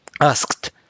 asked